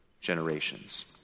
generations